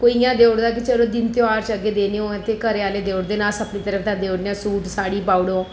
कोई इ'यां देई ओड़दा कि चलो दिन तेहार च अग्गें देने होन ते घरैआह्ले देई ओड़दे अस अपनी तरफ दा सूट साह्ड़ी पाई ओड़ो